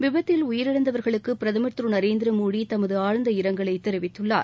விபத்தில் உயிரிழந்தவர்களுக்கு பிரதமர் திரு நரேந்திர மோடி தமது ஆழ்ந்த இரங்கலை தெரிவித்துள்ளார்